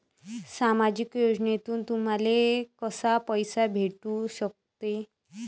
सामाजिक योजनेतून तुम्हाले कसा पैसा भेटू सकते?